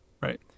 Right